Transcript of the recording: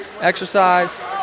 exercise